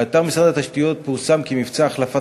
באתר משרד התשתיות פורסם כי מבצע החלפת